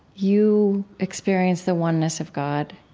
you experience the oneness of god